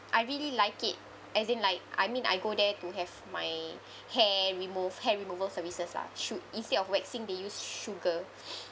I really like it as in like I mean I go there to have my hair remove hair removal services lah should instead of waxing they use sugar